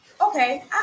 Okay